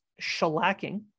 shellacking